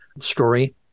story